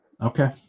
Okay